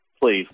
Please